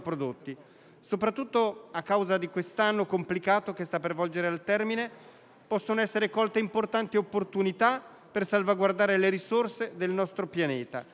Soprattutto a causa di quest'anno complicato che sta per volgere al termine, possono essere colte importanti opportunità per salvaguardare le risorse del nostro pianeta.